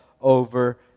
over